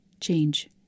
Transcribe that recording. change